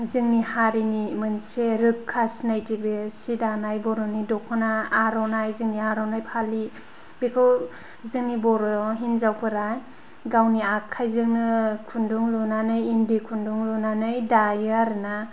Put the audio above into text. जोंनि हारिनि मोनसे रोखा सिनायथि बे सि दानाय बर' नि दखना आर'नाय जोंनि आर'नाय फालि बेखौ जोंनि बर' हिन्जावफोरा गावनि आखायजोंनो खुन्दुं लुनानै इन्दि खुन्दुं लुनानै दायो आरो ना